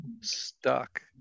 stuck